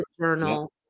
journal